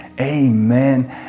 Amen